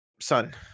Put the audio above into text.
Son